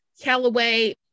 callaway